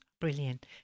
Brilliant